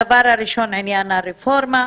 הדבר הראשון, עניין הרפורמה.